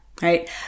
Right